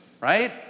right